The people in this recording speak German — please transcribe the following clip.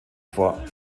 vor